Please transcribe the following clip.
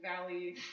valley